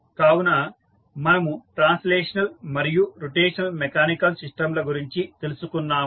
కావున మనము ట్రాన్స్లేషనల్ మరియు రొటేషనల్ మెకానికల్ సిస్టంల గురించి తెలుసుకున్నాము